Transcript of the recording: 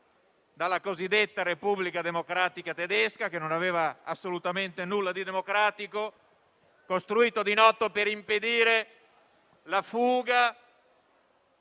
la cosiddetta Repubblica Democratica Tedesca, che non aveva assolutamente nulla di democratico. Fu costruito per impedire la fuga